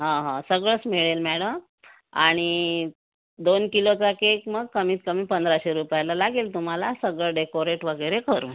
हा हा सगळंच मिळेल मॅडम आणि दोन किलोचा केक मग कमीतकमी पंधराशे रुपयाला लागेल तुम्हाला सगळं डेकोरेट वगैरे करून